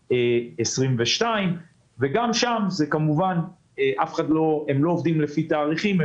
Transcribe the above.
2022. גם שם הם לא עובדים לפי תאריכים,